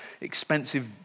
expensive